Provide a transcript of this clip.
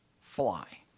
fly